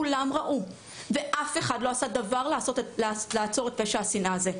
כולם ראו ואף אחד לא עשה דבר כי לעצור את פשע השנאה הזה.